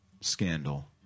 scandal